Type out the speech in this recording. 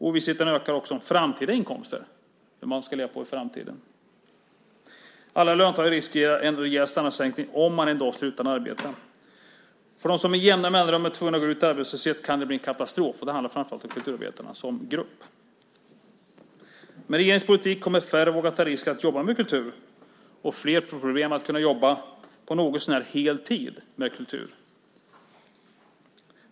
Ovissheten ökar också om framtida inkomster, det man ska leva på i framtiden. Alla löntagare riskerar en rejäl standardsänkning om de en dag står utan arbete. För dem som med jämna mellanrum är tvungna att gå ut i arbetslöshet kan det bli en katastrof. Det handlar framför allt om kulturarbetarna som grupp. Med regeringens politik kommer färre våga ta risken att jobba med kultur och flera får problem att kunna jobba på något så när hel tid med kultur.